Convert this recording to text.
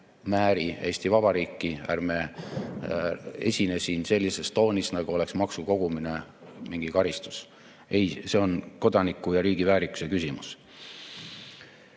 määrime Eesti Vabariiki, ärme esineme siin sellises toonis, nagu oleks maksukogumine mingi karistus. Ei, see on kodaniku ja riigi väärikuse küsimus.